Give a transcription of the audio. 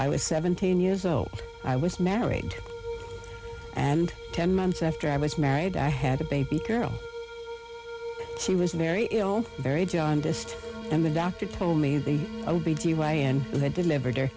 i was seventeen years old i was married and ten months after i was married i had a baby girl she was very ill very jaundiced and the doctor told me the o b g y n who had delivered her